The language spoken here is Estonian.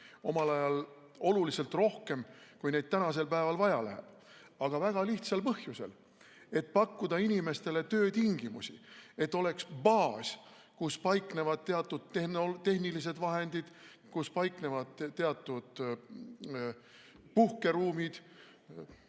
omal ajal oluliselt rohkem, kui neid tänasel päeval vaja läheb? Aga väga lihtsal põhjusel: et pakkuda inimestele töötingimusi, et oleks baas, kus paiknevad teatud tehnilised vahendid, kus paiknevad puhkeruumid,